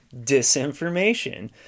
disinformation